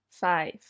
five